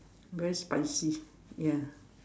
very spicy ya